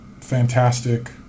fantastic